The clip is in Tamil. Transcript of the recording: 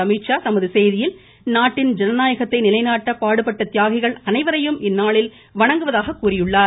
அமித்ஷா தமது செய்தியில் நாட்டின் ஜனநாயகத்தை நிலைநாட்ட பாடுபட்ட தியாகிகள் அனைவரையும் இந்நாளில் வணங்குவதாக கூறியுள்ளார்